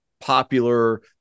popular